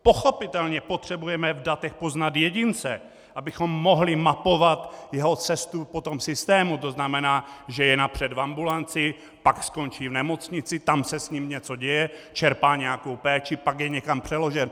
Pochopitelně potřebujeme v datech poznat jedince, abychom mohli mapovat jeho cestu po systému, to znamená, že je napřed v ambulanci, pak skončí v nemocnici, tam se s ním něco děje, čerpá nějakou péči, pak je někam přeložen.